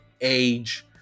age